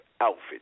outfit